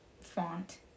font